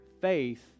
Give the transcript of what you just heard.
faith